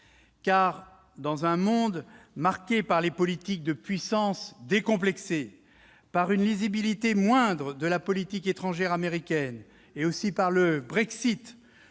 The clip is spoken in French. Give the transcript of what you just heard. Dans un monde marqué par les politiques de puissance décomplexée, par une lisibilité moindre de la politique étrangère américaine et par le Brexit,